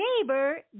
neighbor